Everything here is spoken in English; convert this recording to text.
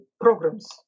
programs